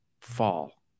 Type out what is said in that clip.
fall